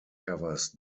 covers